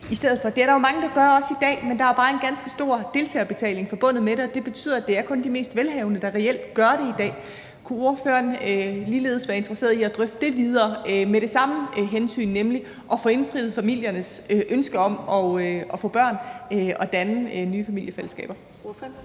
i stedet for. Det er der jo også mange, der gør i dag, men der er bare en ganske stor brugerbetaling forbundet med det, og det betyder, at det reelt kun er de mest velhavende, der gør det i dag. Kunne ordføreren ligeledes være interesseret i at drøfte det videre med det samme hensyn for øje, nemlig at få indfriet familiernes ønske om at få børn og danne nye familiefællesskaber?